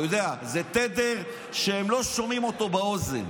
אתה יודע, זה תדר שהם לא שומעים אותו באוזן.